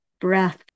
breath